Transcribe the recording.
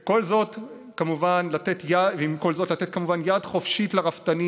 ועם כל זאת לתת כמובן יד חופשית לרפתנים